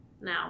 now